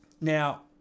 Now